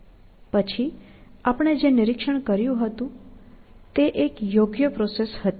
પછી આપણે જે નિરીક્ષણ કર્યું હતું તે એક યોગ્ય પ્રોસેસ હતી